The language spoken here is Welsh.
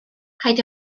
rhaid